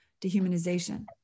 dehumanization